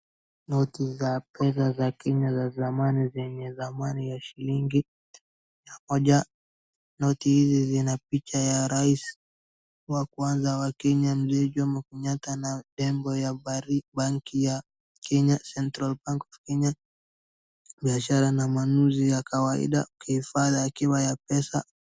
Noti za pesa za Kenya za zamani zenye dhamani ya shilingi mia moja, noti hizi zina picha ya rais wa kwanza wa Kenya Mzee Jomo Kenyatta na lable ya banki ya Kenya, Central Bank of Kenya , biashara na manunuzi ya kawaida ukihifadhi akiba ya pesa.